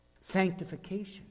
sanctification